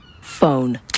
Phone